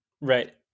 Right